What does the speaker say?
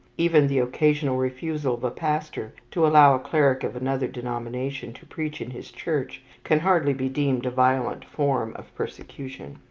even the occasional refusal of a pastor to allow a cleric of another denomination to preach in his church, can hardly be deemed a violent form of persecution.